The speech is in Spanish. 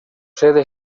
sede